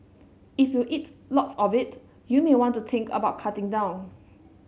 if you eat lots of it you may want to think about cutting down